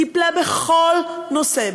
טיפלה בכל נושא,